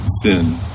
sin